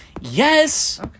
Yes